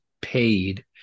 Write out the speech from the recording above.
paid